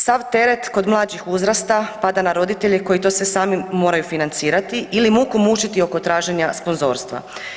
Sav teret kod mlađih uzrasta pada na roditelje koji to sve sami moraju financirati ili muku mučiti oko traženja sponzorstva.